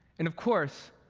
and, of course,